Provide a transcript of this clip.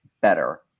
better